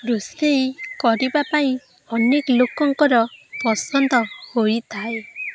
ରୋଷେଇ କରିବା ପାଇଁ ଅନେକ ଲୋକଙ୍କର ପସନ୍ଦ ହୋଇଥାଏ